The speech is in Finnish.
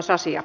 asia